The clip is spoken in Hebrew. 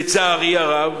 לצערי הרב,